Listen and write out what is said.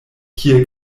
kie